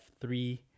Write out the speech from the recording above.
three